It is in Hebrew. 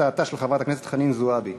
הצעתה של חברת הכנסת חנין זועבי.